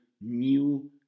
new